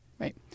Right